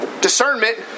discernment